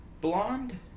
blonde